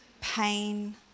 pain